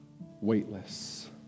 weightless